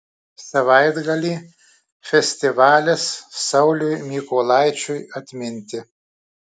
savaitgalį festivalis sauliui mykolaičiui atminti